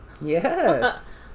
yes